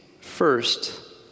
first